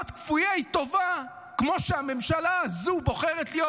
להיות כפויי טובה כמו שהממשלה הזו בוחרת להיות,